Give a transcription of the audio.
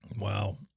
Wow